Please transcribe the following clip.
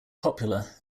popular